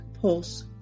Pulse